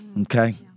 okay